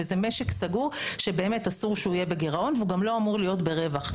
וזה משק סגור שבאמת אסור שהוא יהיה בגרעון והוא גם לא אמור להיות ברווח.